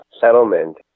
settlement